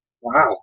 wow